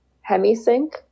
hemi-sync